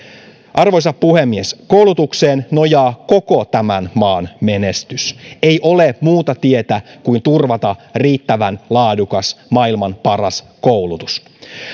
arvoisa puhemies koulutukseen nojaa koko tämän maan menestys ei ole muuta tietä kuin turvata riittävän laadukas maailman paras koulutus